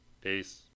peace